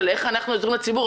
איך אנחנו עוזרים לציבור.